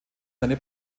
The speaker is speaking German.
seine